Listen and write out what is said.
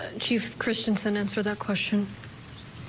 chief christianson answer the question.